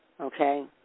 okay